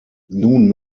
nun